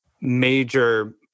major